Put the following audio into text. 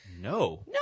No